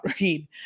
read